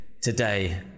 today